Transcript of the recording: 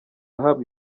ahabwa